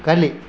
ಕಲಿ